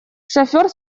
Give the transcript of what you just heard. шофер